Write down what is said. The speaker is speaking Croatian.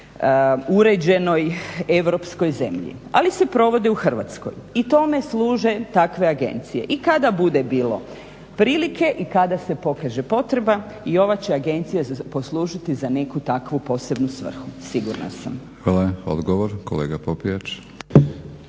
uređenoj europskoj zemlji, ali se provode u Hrvatskoj. I tome služe takve agencije. I kada bude bilo prilike i kada se pokaže potreba i ova će agencija poslužiti za neku takvu posebnu svrhu, sigurna sam. **Batinić, Milorad